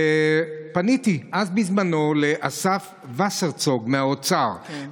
פניתי אז בזמנו לאסף וסרצוג מהאוצר,